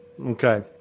Okay